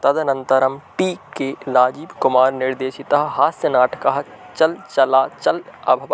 तदनन्तरं टी के राजीव् कुमार् निर्देशितः हास्यनाटकः चल् चला चल् अभवत्